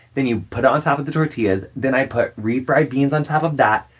then you put it on top of the tortillas. then i put refried beans on top of that.